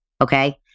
okay